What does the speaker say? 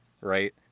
right